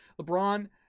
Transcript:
LeBron